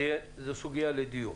זו סוגיה לדיון.